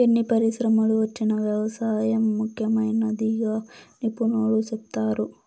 ఎన్ని పరిశ్రమలు వచ్చినా వ్యవసాయం ముఖ్యమైనదిగా నిపుణులు సెప్తారు